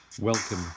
Welcome